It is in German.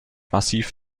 massiv